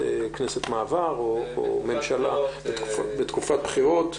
הכנסת בתקופת בחירות.